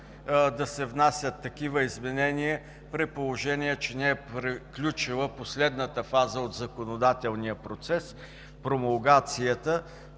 да се внасят такива изменения, при положение че не е приключила последната фаза от законодателния процес – промулгацията.